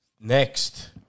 Next